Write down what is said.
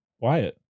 Wyatt